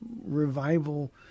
revival